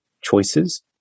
choices